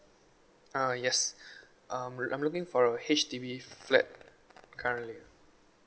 uh yes um I'm looking for a H_D_B flat currently